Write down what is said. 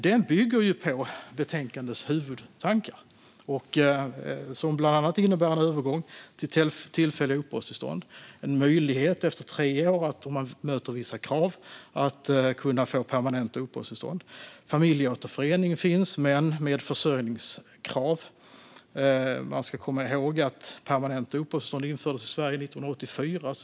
Den bygger på betänkandets huvudtankar, som bland annat innebär en övergång till tillfälliga uppehållstillstånd och en möjlighet att efter tre år, om man uppfyller vissa krav, få permanent uppehållstillstånd. Familjeåterförening finns men med försörjningskrav. Man ska komma ihåg att permanenta uppehållstillstånd infördes i Sverige 1984.